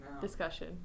discussion